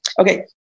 Okay